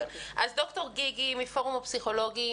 גיגי מפורום הפסיכולוגים.